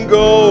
go